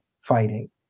fighting